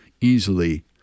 easily